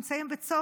השר שטרן נמצא שם.